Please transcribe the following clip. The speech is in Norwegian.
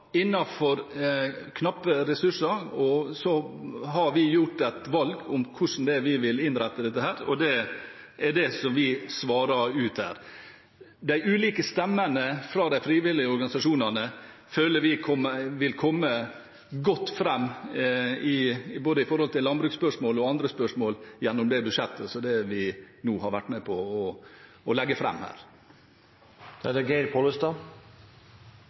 innenfor knappe ressurser gjort et valg for hvordan vi vil innrette dette. Det er det vi svarer for her. De ulike stemmene fra de frivillige organisasjonene føler vi vil komme godt fram i både landbruksspørsmål og andre spørsmål gjennom det budsjettet som vi nå har vært med på å legge fram her. Jeg opplever at Venstre i budsjettinnstillingen i nokså store ord er enig i at det er viktig å styrke bondens lønnsomhet, at det er